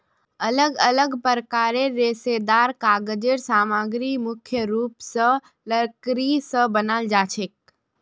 अलग अलग प्रकारेर रेशेदार कागज़ेर सामग्री मुख्य रूप स लकड़ी स बनाल जाछेक